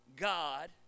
God